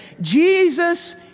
Jesus